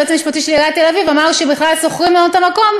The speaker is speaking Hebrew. היועץ המשפטי של עיריית תל-אביב אמר שבכלל שוכרים ממנו את המקום,